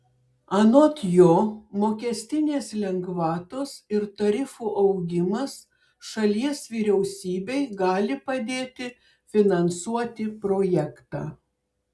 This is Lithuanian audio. anot jo mokestinės lengvatos ir tarifų augimas šalies vyriausybei gali padėti finansuoti projektą